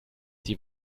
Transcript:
die